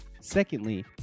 Secondly